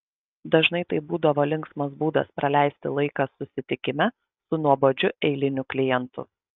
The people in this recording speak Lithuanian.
dažnai tai būdavo linksmas būdas praleisti laiką susitikime su nuobodžiu eiliniu klientu